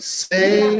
say